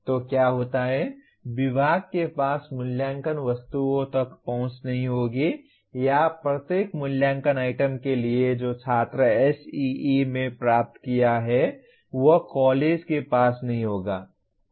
तो क्या होता है विभाग के पास मूल्यांकन वस्तुओं तक पहुंच नहीं होगी या प्रत्येक मूल्यांकन आइटम के लिए जो छात्र SEE में प्राप्त किया है वह कॉलेज के पास नहीं होगा